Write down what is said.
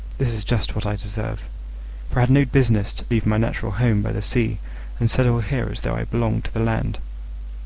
this is just what i deserve for i had no business to leave my natural home by the sea and settle here as though i belonged to the land.